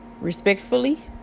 respectfully